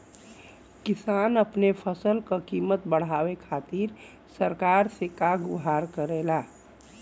किसान अपने फसल क कीमत बढ़ावे खातिर सरकार से का गुहार करेला?